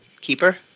keeper